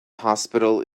hospital